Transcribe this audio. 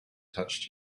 touched